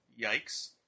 Yikes